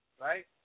right